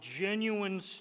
genuine